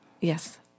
Yes